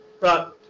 right